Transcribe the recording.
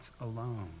alone